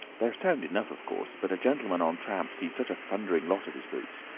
they're sound enough, of course. but a gentleman on tramp sees such a thundering lot of his boots.